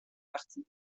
partie